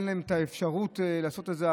אין להם את האפשרות לעשות את זה.